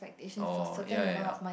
orh ya ya ya